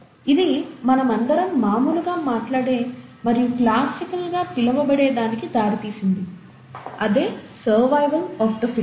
ఇది మనమందరం మామూలుగా మాట్లాడే మరియు క్లాసికల్ గా పిలువబడే దానికి దారితీసింది అదే సర్వైవల్ ఆఫ్ ది ఫిటెస్ట్